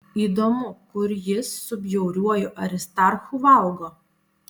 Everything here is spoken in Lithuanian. įdomu kur jis su bjauriuoju aristarchu valgo